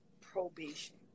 probation